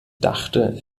dachte